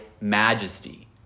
majesty